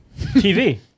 .tv